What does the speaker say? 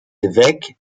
weg